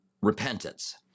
repentance